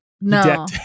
no